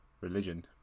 religion